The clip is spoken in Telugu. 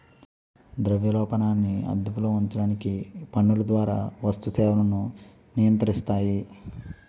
ద్రవ్యాలు పనాన్ని అదుపులో ఉంచడానికి పన్నుల ద్వారా వస్తు సేవలను నియంత్రిస్తాయి